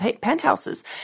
penthouses